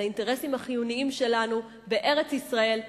על האינטרסים החיוניים שלנו בארץ-ישראל,